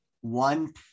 one